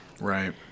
right